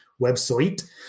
website